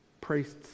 priests